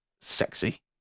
sexy